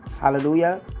hallelujah